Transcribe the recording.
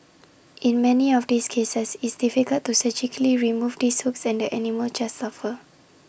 in many of these cases it's difficult to surgically remove these hooks and the animals just suffer